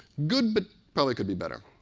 good, but probably could be better.